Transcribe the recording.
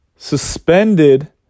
Suspended